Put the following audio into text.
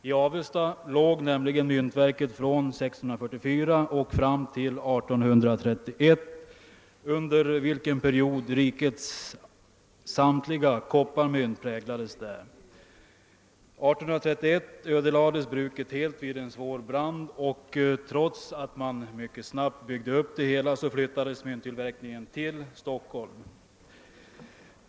I Avesta låg nämligen myntverket från 1644 och fram till 1831, under vilken period rikets samtliga kopparmynt präglades där. År 1831 ödelades bruket helt vid en svår brand, och trots att man mycket snabbt byggde upp det igen flyttades mynttillverkningen till Stockholm.